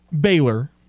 Baylor